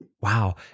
Wow